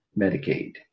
Medicaid